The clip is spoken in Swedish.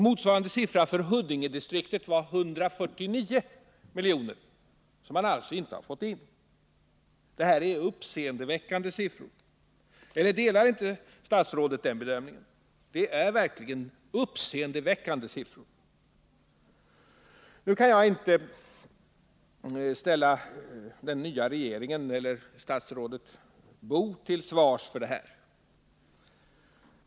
Motsvarande siffra när det gäller pengar som man alltså inte har fått in var för Huddingedistriktet 149 milj.kr. Gör inte statsrådet också den bedömningen att det verkligen är uppseendeväckande siffror? Jag kan inte ställa den nya regeringen eller statsrådet Boo till svars för detta.